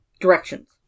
directions